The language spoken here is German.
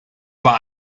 war